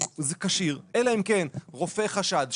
הוא כשיר אלא אם כן רופא חשד,